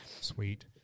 Sweet